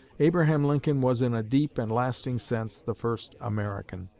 abraham lincoln was in a deep and lasting sense the first american.